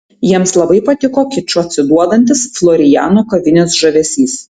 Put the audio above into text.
jiems labai patiko kiču atsiduodantis floriano kavinės žavesys